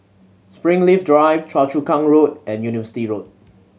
Springleaf Drive Choa Chu Kang Road and University Road